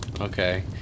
okay